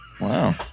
Wow